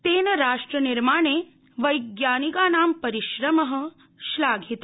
तेन राष्ट्रनिर्माणे वैज्ञानिकानां परिश्रम श्लाघित